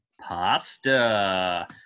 pasta